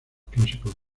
clásicos